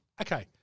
okay